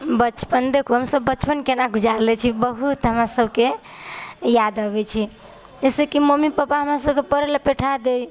बचपन देखू हमसब बचपन कोना गुजारले छी बहुत हमरा सबके याद अबै छै जइसेकि मम्मी पापा हमरा सबके पढ़ैलए बैठा दै